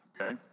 Okay